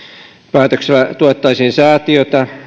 päätöksellä tuettaisiin säätiötä